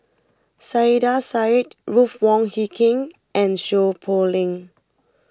Saiedah Said Ruth Wong Hie King and Seow Poh Leng